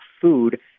food